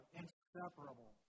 inseparable